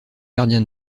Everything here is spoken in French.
gardien